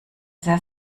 sehr